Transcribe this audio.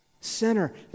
Sinner